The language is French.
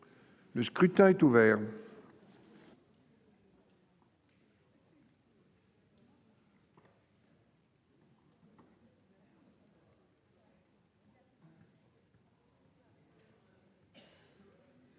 Le scrutin est ouvert.